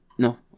No